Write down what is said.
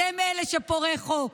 אתם אלה שפורעי חוק,